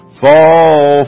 fall